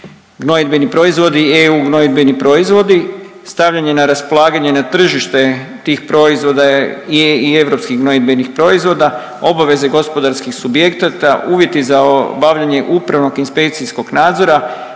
gnojidbeni proizvodi, EU gnojidbeni proizvodi, stavljanje na raspolaganje na tržište tih proizvoda i europskih gnojidbenih proizvoda, obaveze gospodarskih subjekata, uvjeti za obavljanje upravnog inspekcijskog nadzora